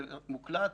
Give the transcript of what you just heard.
זה מוקלט.